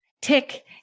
tick